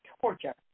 Torture